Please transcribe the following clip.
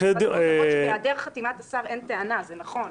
הבריאות למרות שבהיעדר חתימת השר אין טענה זה נכון.